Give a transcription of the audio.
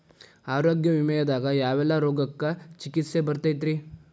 ಆರೋಗ್ಯ ವಿಮೆದಾಗ ಯಾವೆಲ್ಲ ರೋಗಕ್ಕ ಚಿಕಿತ್ಸಿ ಬರ್ತೈತ್ರಿ?